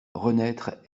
renaître